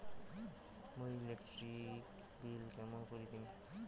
মুই electric bill কেমন করি দিম?